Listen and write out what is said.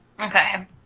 Okay